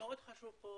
מאוד חשוב פה